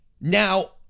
Now